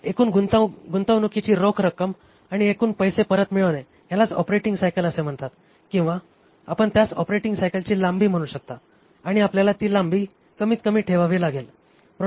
तर एकूण गुंतवणूकीची रोख रक्कम आणि एकूण पैसे परत मिळविणे यालाच ऑपरेटिंग सायकल असे म्हणतात किंवा आपण त्यास ऑपरेटिंग सायकलची लांबी म्हणू शकता आणि आपल्याला ती लांबी कमीतकमी ठेवावी लागेल